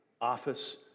office